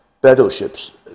battleships